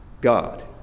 God